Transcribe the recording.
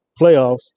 playoffs